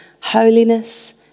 holiness